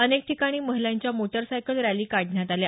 अनेक ठिकाणी महिलांच्या मोटार सायकल रॅली काढण्यात आल्या